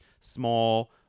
small